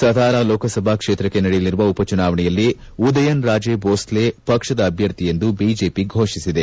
ಸತಾರಾ ಲೋಕಸಭಾ ಕ್ಷೇತ್ರಕ್ಕೆ ನಡೆಯಲಿರುವ ಉಪಚುನಾವಣೆಯಲ್ಲಿ ಉದಯನ್ ರಾಜೇ ಬೋಸ್ಲೆ ಪಕ್ಷದ ಅಭ್ಯರ್ಥಿ ಎಂದು ಬಿಜೆಪಿ ಫೋಷಿಸಿದೆ